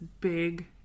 big